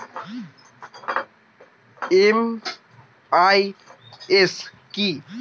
MIS কি?